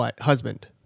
husband